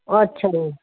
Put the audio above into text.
ਅੱਛਾ ਜੀ